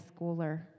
schooler